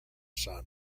son